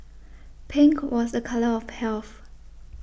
pink was a colour of health